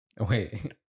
wait